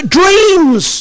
dreams